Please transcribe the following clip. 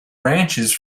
branches